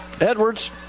Edwards